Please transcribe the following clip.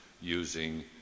using